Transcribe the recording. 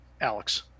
Alex